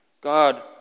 God